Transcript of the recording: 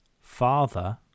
father